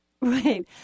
Right